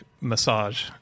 massage